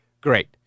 great